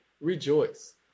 rejoice